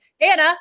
Anna